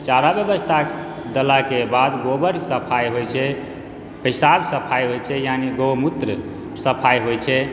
चारा व्यवस्था कयसाके बाद गोबरसँ सफाइ होइ छै पैसाब सफाइ होइ छै यानि गौमूत्र सफाइ होइ छै